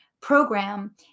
program